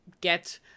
get